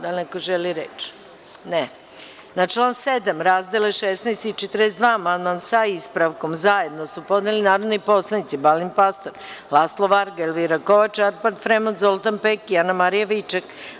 Da li neko želi reč? (Ne.) Na član 7. razdele 16 i 42 amandman sa ispravkom zajedno su podneli narodni poslanici Balint Pastor, Laslo Varga, Elvira Kovač, Arpad Fremond, Zoltan Pek i Anamarija Viček.